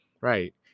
right